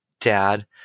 Dad